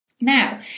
Now